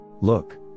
Look